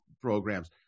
programs